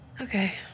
Okay